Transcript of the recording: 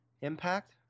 impact